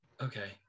okay